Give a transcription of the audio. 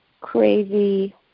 crazy